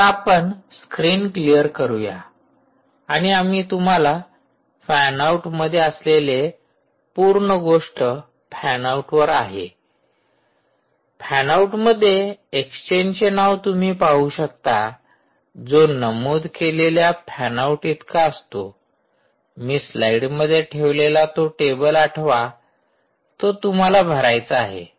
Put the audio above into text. आता आपण screen clear करूया आणि आम्ही तुम्हाला फॅन आऊट मध्ये असलेले पूर्ण गोष्ट फॅन आऊटवर आहे फॅन आऊट मध्ये एक्सचेंजचे नाव तुम्ही पाहू शकता जो नमूद केलेल्या फॅन आऊट इतका असतो मी स्लाइडमध्ये ठेवलेला तो टेबल आठवा तो तुम्हाला भरायचा आहे